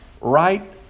right